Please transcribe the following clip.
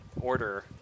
order